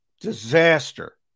disaster